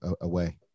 away